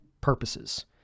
purposes